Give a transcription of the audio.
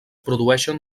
produeixen